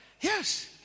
Yes